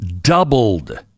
doubled